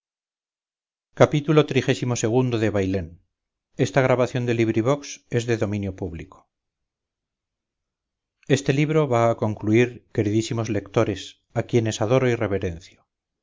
xxvi xxvii xxviii xxix xxx xxxi xxxii bailén de benito pérez galdós este libro va a concluir queridísimos lectores a quienes adoro y reverencio